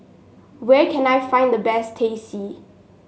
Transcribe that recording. where can I find the best Teh C